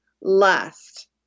last